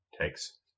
takes